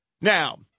Now